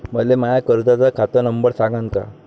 मले माया कर्जाचा खात नंबर सांगान का?